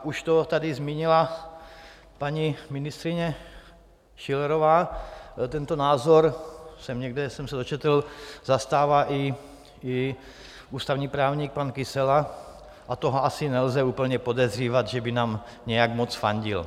Už to tady zmínila paní ministryně Schillerová, tento názor někde jsem se dočetl zastává i ústavní právník pan Kysela a toho asi nelze úplně podezírat, že by nám nějak moc fandil.